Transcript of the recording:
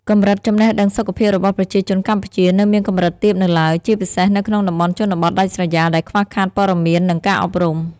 កម្រិតចំណេះដឹងសុខភាពរបស់ប្រជាជនកម្ពុជានៅមានកម្រិតទាបនៅឡើយ ជាពិសេសនៅក្នុងតំបន់ជនបទដាច់ស្រយាលដែលខ្វះខាតព័ត៌មាននិងការអប់រំ។